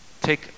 Take